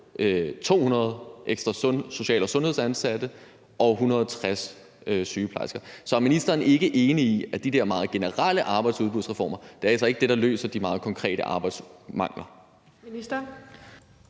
200 ekstra social- og sundhedsansatte og 160 sygeplejersker. Så er ministeren ikke enig i, at de der meget generelle arbejdsudbudsreformer, altså ikke er det, der løser det i forhold til de meget konkrete arbejdsmangler?